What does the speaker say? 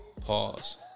Pause